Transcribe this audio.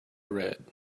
red